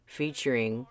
featuring